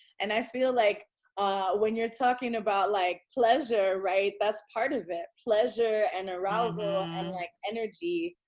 and i feel like when you're talking about, like, pleasure. right. that's part of it. pleasure and arousal and like energy.